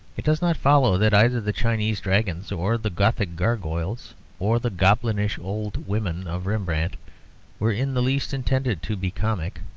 it does not follow that either the chinese dragons or the gothic gargoyles or the goblinish old women of rembrandt were in the least intended to be comic.